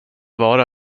vara